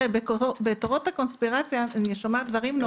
בתורות הקונספירציה אני שומעת דברים נוראיים.